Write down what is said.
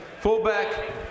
Fullback